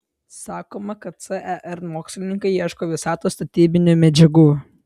sakoma kad cern mokslininkai ieško visatos statybinių medžiagų